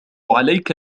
عليك